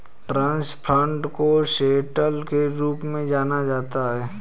trust fund को settler के रूप में जाना जाता है